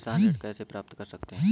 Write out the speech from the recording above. किसान ऋण कैसे प्राप्त कर सकते हैं?